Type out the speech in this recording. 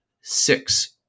six